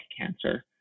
cancer